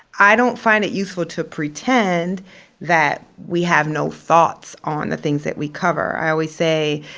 i don't find it useful to pretend that we have no thoughts on the things that we cover. i always say,